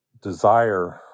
desire